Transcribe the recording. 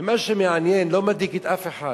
ומה שמעניין, לא מדאיג את אף אחד